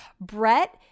Brett